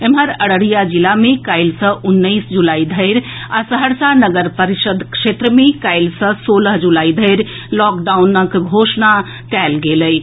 एम्हर अररिया जिला मे काल्हि सँ उन्नैस जुलाई धरि आ सहरसा नगर परिषद क्षेत्र मे काल्हि से सोलह जुलाई धरि लॉकडाउनक घोषणा कयल गेल अछि